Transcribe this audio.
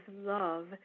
love